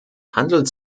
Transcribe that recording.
handelt